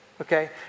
Okay